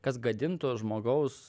kas gadintų žmogaus